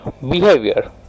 behavior